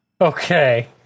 Okay